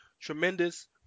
Tremendous